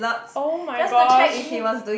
[oh]-my-gosh